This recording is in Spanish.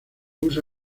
usa